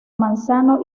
manzano